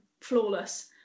flawless